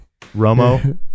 Romo